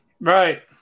Right